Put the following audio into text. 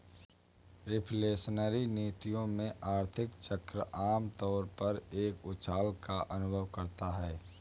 reflationary नीतियों में, आर्थिक चक्र आम तौर पर एक उछाल का अनुभव करता है